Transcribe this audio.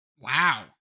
wow